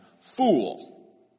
fool